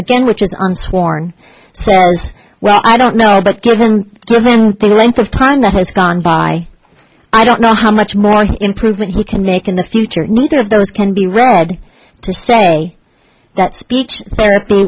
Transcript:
again which is on sworn so well i don't know but given thing the length of time that has gone by i don't know how much more improvement he can make in the future neither of those can be read to say that speech therapy